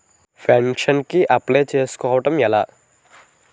Pension కి apply చేసుకోవడం ఎలా?